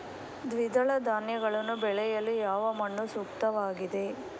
ದ್ವಿದಳ ಧಾನ್ಯಗಳನ್ನು ಬೆಳೆಯಲು ಯಾವ ಮಣ್ಣು ಸೂಕ್ತವಾಗಿದೆ?